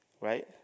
Right